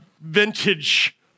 vintage